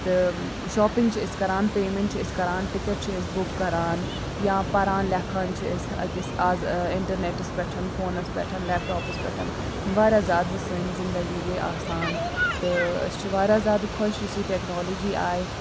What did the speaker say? تہٕ شاپِنگ چھِ أسۍ کَران پیمٮ۪نٛٹ چھِ أسۍ کَران ٹِکَٹ چھِ أسۍ بُک کَران یا پَران لیکھان چھِ أسۍ أکِس آز اِنٹَرنیٚٹَس پٮ۪ٹھ فونَس پٮ۪ٹھ لیپٹاپَس پٮ۪ٹھ واریاہ زیادٕ سٲنۍ زِندَگی گٔے آسان تہٕ أسۍ چھِ واریاہ زیادٕ خۄش یُس یہِ ٹٮ۪کنالجی آیہِ